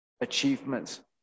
achievements